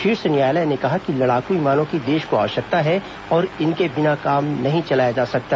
शीर्ष न्यायालय ने कहा कि लड़ाकू विमानों की देश को आवश्यकता है और इनके बिना काम नहीं चलाया जा सकता